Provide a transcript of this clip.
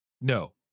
No